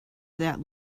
that